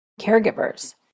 caregivers